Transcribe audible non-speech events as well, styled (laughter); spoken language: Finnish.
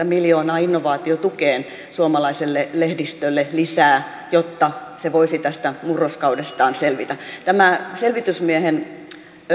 (unintelligible) miljoonaa innovaatiotukeen suomalaiselle lehdistölle lisää jotta se voisi tästä murroskaudestaan selvitä tämä selvitysmiehen